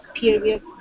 period